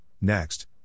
next